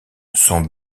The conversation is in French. son